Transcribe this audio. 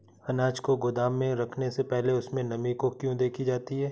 अनाज को गोदाम में रखने से पहले उसमें नमी को क्यो देखी जाती है?